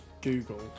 google